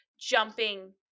jumping